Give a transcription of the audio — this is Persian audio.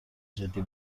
جدی